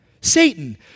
Satan